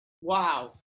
wow